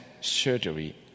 surgery